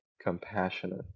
compassionate